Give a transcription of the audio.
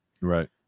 Right